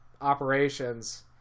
operations